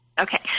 Okay